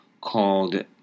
called